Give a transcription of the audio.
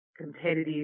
competitive